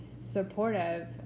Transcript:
supportive